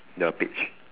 the page